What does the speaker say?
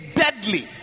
deadly